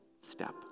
step